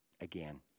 again